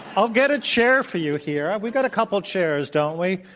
i'll get a chair for you here. we've got a couple chairs, don't we?